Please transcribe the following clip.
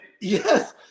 Yes